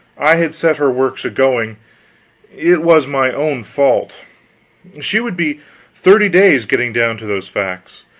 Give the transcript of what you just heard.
i had set her works a-going it was my own fault she would be thirty days getting down to those facts.